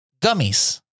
gummies